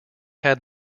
had